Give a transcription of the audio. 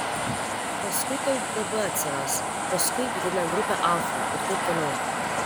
paskui tau gb atsiras paskui vidinė grupė alfa ir taip toliau